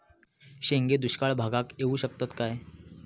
शेंगे दुष्काळ भागाक येऊ शकतत काय?